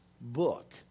book